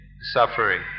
suffering